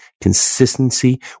consistency